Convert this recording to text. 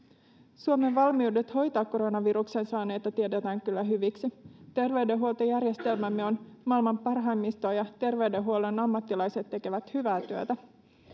suomen valmiudet hoitaa koronaviruksen saaneita tiedetään kyllä hyviksi terveydenhuoltojärjestelmämme on maailman parhaimmistoa ja terveydenhuollon ammattilaiset tekevät hyvää työtä